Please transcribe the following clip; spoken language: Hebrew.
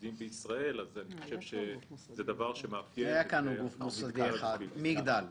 המוסדיים בישראל אלא כדבר שמאפיין -- היה כאן גוף מוסדי אחד מגדל.